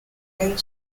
and